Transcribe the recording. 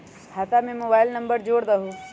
खाता में mobile number जोड़ दहु?